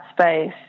space